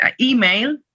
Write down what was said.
email